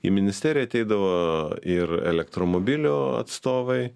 į ministeriją ateidavo ir elektromobilių atstovai